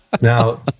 Now